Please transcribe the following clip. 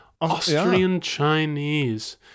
Austrian-Chinese